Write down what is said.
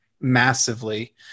massively